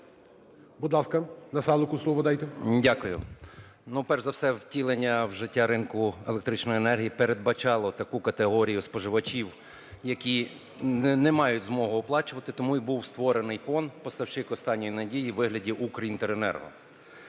Дякую. Ну, перш за все, втілення в життя ринку електричної енергії передбачало таку категорію споживачів, які не мають змоги оплачувати. Тому і був створений ПОН , поставщик "останньої надії", у вигляді "Укрінтеренерго",